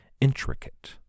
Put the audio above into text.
intricate